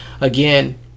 again